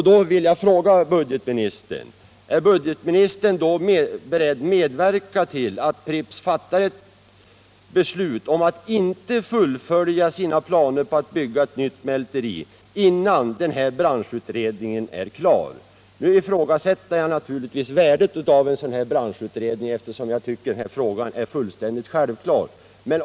Då vill jag fråga: Är budgetministern beredd att medverka till att Pripps fattar ett beslut om att inte fullfölja sina planer på att bygga ett nytt mälteri, innan den här branschutredningen är klar? Jag ifrågasätter naturligtvis värdet av en sådan branschutredning, eftersom jag tycker att frågan är fullständigt självklar.